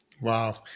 Wow